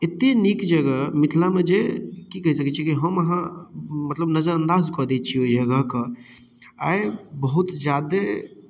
एते नीक जगह मिथिला मे जे कि कहि सकै छी कि हम अहाँ मतलब नजर अन्दाज कऽ दै छियै ओहि जगहके आइ बहुत जादे